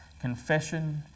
confession